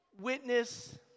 witness